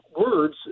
words